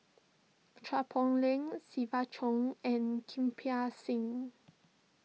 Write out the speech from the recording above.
Chua Poh Leng Siva Choy and Kirpal Singh